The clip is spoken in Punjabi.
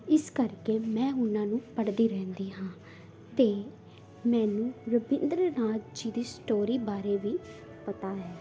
ਇਸ ਕਰਕੇ ਮੈਂ ਉਹਨਾਂ ਨੂੰ ਪੜ੍ਹਦੀ ਰਹਿੰਦੀ ਹਾਂ ਅਤੇ ਮੈਨੂੰ ਰਵਿੰਦਰ ਨਾਥ ਜੀ ਦੀ ਸਟੋਰੀ ਬਾਰੇ ਵੀ ਪਤਾ ਹੈ